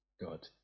God